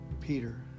Peter